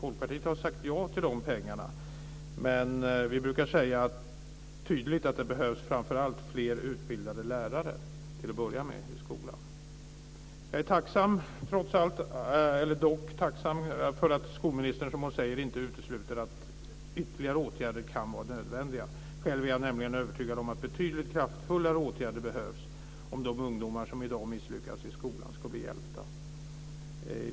Folkpartiet har sagt ja till de pengarna, men vi brukar tydligt säga att det till att börja med framför allt behövs fler utbildade lärare i skolan. Jag är dock tacksam för att skolministern, som hon säger, inte utesluter att ytterligare åtgärder kan vara nödvändiga. Själv är jag nämligen övertygad om att betydligt kraftfullare åtgärder behövs om de ungdomar som i dag misslyckas i skolan ska bli hjälpta.